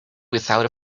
without